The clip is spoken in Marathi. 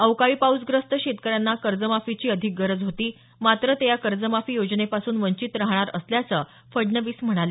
अवकाळी पाऊसग्रस्त शेतकऱ्यांना कर्जमाफीची अधिक गरज होती मात्र ते या कर्जमाफी योजनेपासून वंचित राहणार असल्याचं फडणवीस म्हणाले